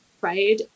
right